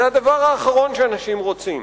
זה הדבר האחרון שאנשים רוצים.